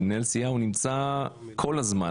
אז מנהל סיעה נמצא כל הזמן.